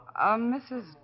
Mrs